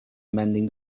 mending